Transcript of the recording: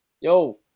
yo